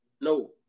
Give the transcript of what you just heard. No